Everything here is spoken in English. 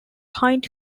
hind